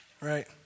Right